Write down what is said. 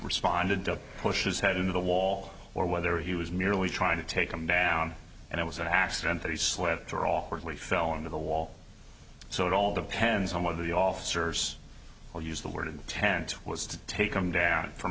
responded to push his head into the wall or whether he was merely trying to take him down and it was an accident that he slept or awkwardly fell into the wall so it all depends on whether the officers or used the word intent was to take them down for